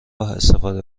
استفاده